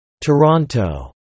Toronto